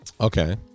Okay